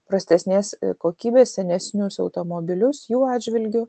prastesnės kokybės senesnius automobilius jų atžvilgiu